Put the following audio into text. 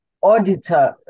auditor